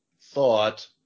thought